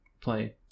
play